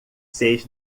seis